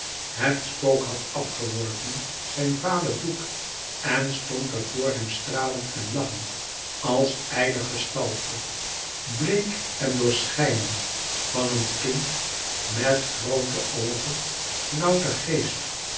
het spook had afgeworpen zijn vale doek en stond er vor hem stralend en lachend als ijle gestalte bleek en doorschijnend van een kind met groote oogen louter geest